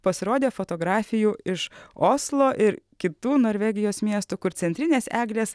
pasirodė fotografijų iš oslo ir kitų norvegijos miestų kur centrinės eglės